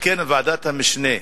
לכן ועדת המשנה,